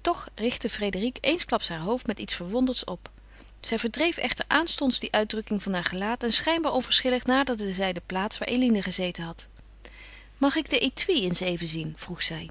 toch richtte frédérique eensklaps haar hoofd met iets verwonderds op zij verdreef echter aanstonds die uitdrukking van haar gelaat en schijnbaar onverschillig naderde zij de plaats waar eline gezeten was mag ik den étui eens even zien vroeg zij